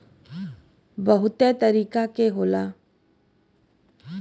बहुते तरीके के होला